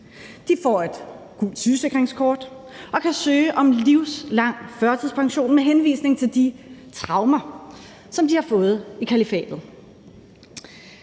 De får et gult sygesikringskort og kan søge om livslang førtidspension med henvisning til de traumer, som de har fået i kalifatet.